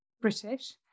British